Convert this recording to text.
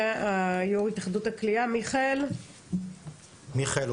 יו"ר התאחדות הקליעה, מיכאל, בבקשה.